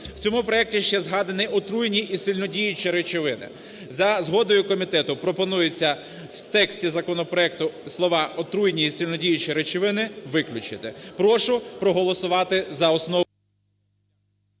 У цьому проекті ще згадані отруйні і сильнодіючі речовини. За згодою комітету пропонується у тексті законопроекту слова "отруйні і сильнодіючі речовини" виключити. Прошу проголосувати за основу…